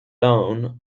down